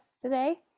today